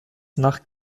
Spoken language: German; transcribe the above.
nach